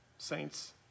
Saints